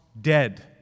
dead